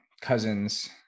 cousins